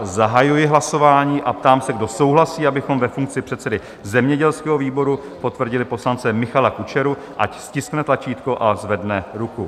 Zahajuji hlasování a ptám se, kdo souhlasí, abychom ve funkci předsedy zemědělského výboru potvrdili poslance Michala Kučeru, ať stiskne tlačítko a zvedne ruku.